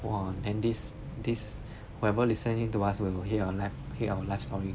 !wah! then this this whoever listening to us we will know hear our life hear our life story